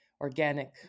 organic